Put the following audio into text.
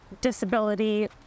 disability